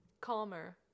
calmer